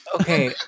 Okay